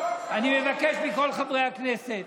מכל חברי הכנסת: